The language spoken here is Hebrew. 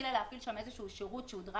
התחילה להפעיל שם איזה שהוא שירות שהוא driver